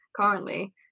currently